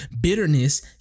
bitterness